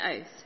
oath